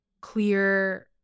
clear